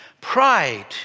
Pride